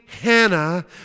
Hannah